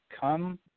come –